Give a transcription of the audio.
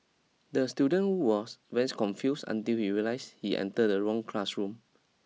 the student was confused until he realised he entered the wrong classroom